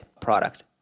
product